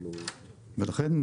לכן,